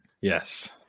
Yes